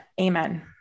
Amen